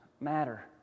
matter